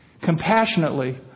compassionately